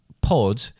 pod